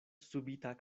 subita